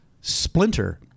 Splinter